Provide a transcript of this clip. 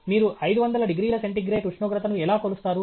మీరు 500 డిగ్రీల సెంటీగ్రేడ్ ఉష్ణోగ్రతను ఎలా కొలుస్తారు